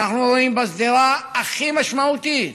אנחנו רואים בשדרה הכי משמעותית